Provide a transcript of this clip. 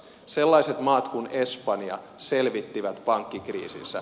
sellaiset maat kuin espanja selvittivät pankkikriisinsä